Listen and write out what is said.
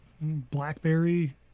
Blackberry